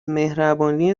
مهربانی